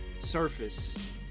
Surface